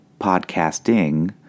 podcasting